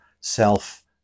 self